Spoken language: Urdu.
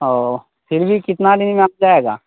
او پھر بھی کتنا دن میں آ جائے گا